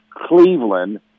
Cleveland